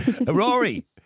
Rory